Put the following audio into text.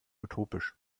utopisch